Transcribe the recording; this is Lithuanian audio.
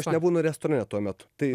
aš nebūnu restorane tuo metu tai